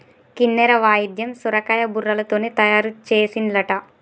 కిన్నెర వాయిద్యం సొరకాయ బుర్రలతోనే తయారు చేసిన్లట